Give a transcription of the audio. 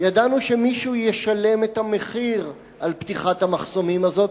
ידענו שמישהו ישלם את המחיר על פתיחת המחסומים הזאת.